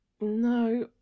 no